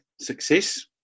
success